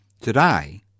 Today